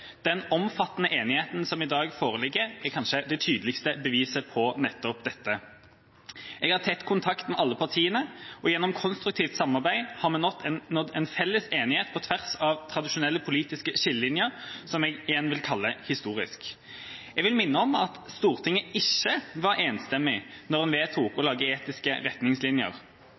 Den omfattende enigheten som i dag foreligger, er kanskje det tydeligste beviset på nettopp dette. Jeg har hatt tett kontakt med alle partiene, og gjennom konstruktivt samarbeid har vi nådd en felles enighet på tvers av tradisjonelle politiske skillelinjer, som jeg igjen vil kalle historisk. Jeg vil minne om at Stortinget ikke var enstemmig da en vedtok å